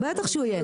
בטח שהוא יהיה,